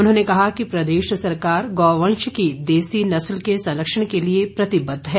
उन्होंने कहा कि प्रदेश सरकार गौवंश की देसी नस्ल के संरक्षण के लिए प्रतिबद्व है